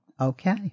Okay